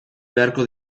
beharko